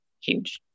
huge